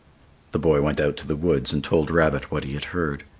the boy went out to the woods and told rabbit what he had heard.